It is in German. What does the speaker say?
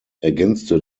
ergänzte